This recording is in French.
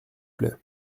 plait